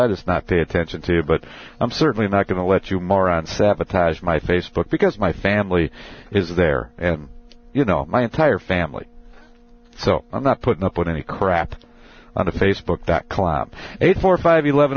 i just not pay attention to you but i'm certainly not going to let you morons sabotage my facebook because my family is there and you know my entire family so i'm not putting up with any crap on the facebook that kolob a four five eleven